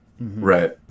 Right